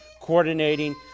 coordinating